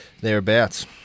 thereabouts